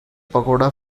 pagoda